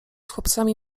chłopcami